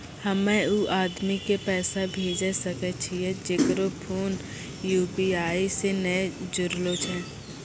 हम्मय उ आदमी के पैसा भेजै सकय छियै जेकरो फोन यु.पी.आई से नैय जूरलो छै?